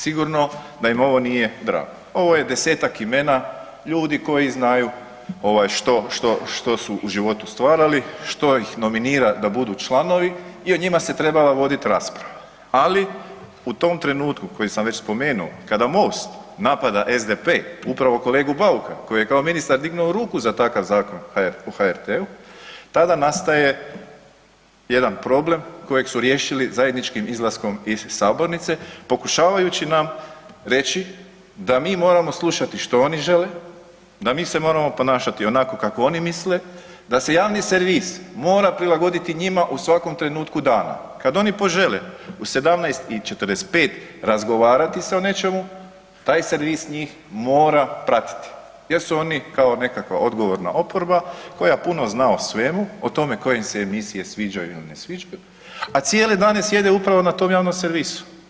Sigurno da im ovo nije drago, ovo je desetak imena ljudi koji znaju što su u životu stvarali, što ih nominira da budu članovi i o njima se trebala voditi rasprava, ali u tom trenutku koji sam već spomenuo kada Most napada SDP upravo kolegu Bauka koji je kao ministar dignuo ruku za takav Zakon o HRT-u tada nastaje jedna problem kojeg su riješili zajedničkim izlaskom iz sabornice, pokušavajući nam reći da mi moramo slušati što oni žele, da mi se moramo ponašati onako kako oni misle, da se javni servis mora prilagoditi njima u svakom trenutku dana, kad oni požele u 17,45 razgovarati se o nečemu, taj servis njih mora pratiti jer su oni kao nekakva odgovorna oporba koja puno zna o svemu o tome koje im se emisije sviđaju ili ne sviđaju, a cijele dane sjede upravo na tom javnom servisu.